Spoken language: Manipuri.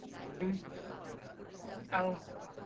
ꯎꯝ ꯑꯧ